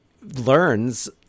learns